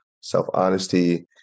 self-honesty